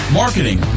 marketing